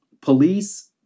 police